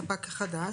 ספק חדש),